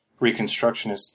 Reconstructionist